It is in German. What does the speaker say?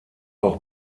auch